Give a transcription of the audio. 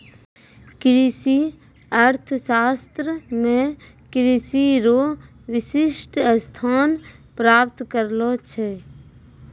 कृषि अर्थशास्त्र मे कृषि रो विशिष्ट स्थान प्राप्त करलो छै